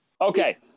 Okay